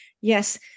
Yes